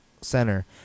center